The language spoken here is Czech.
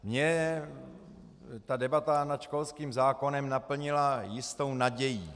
Mně ta debata nad školským zákonem naplnila jistou nadějí.